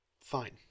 Fine